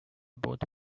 both